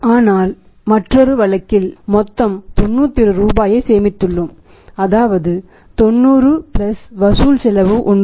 ஆனால் மற்றொரு வழக்கில் மொத்தம் 91 ரூபாயை சேமித்துள்ளோம் அதாவது செலவு 90 பிளஸ் வசூல் செலவு 1